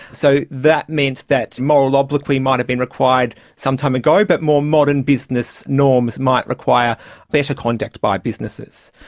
so that meant that moral obloquy might have been required some time ago, but more modern business norms might require better conduct by businesses.